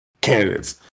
candidates